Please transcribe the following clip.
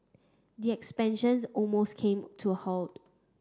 the expansions almost came to a halt